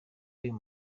uyu